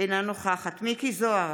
אינה נוכחת מכלוף מיקי זוהר,